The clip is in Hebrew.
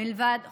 מלבד חופשה.